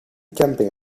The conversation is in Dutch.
camping